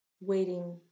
waiting